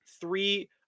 three